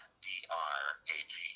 D-R-A-G